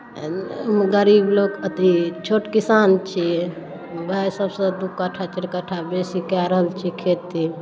गरीब लोक अथी छोट किसान छी भाइ सभसँ दू कट्ठा चारि कट्ठा बेसी कए रहल छी खेती